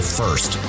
first